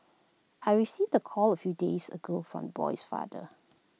I received the call A few days ago from boy's father